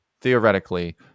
theoretically